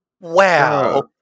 Wow